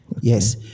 Yes